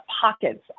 pockets